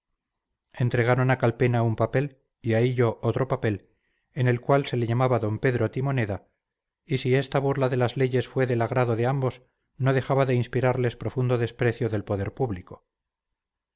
entregaron a calpena un papel y a hillo otro papel en el cual se le llamaba d pedro timoneda y si esta burla de las leyes fue del agrado de ambos no dejaba de inspirarles profundo desprecio del poder público